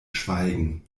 schweigen